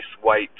white